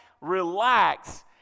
relax